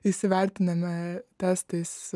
įsivertiname testais